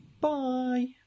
Bye